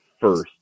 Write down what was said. first